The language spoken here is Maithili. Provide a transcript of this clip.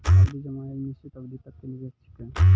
सावधि जमा एक निश्चित अवधि तक के निवेश छिकै